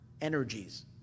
energies